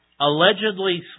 allegedly